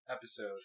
episode